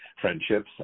friendships